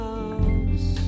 House